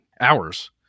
hours